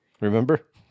Remember